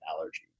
allergy